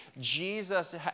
Jesus